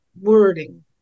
wording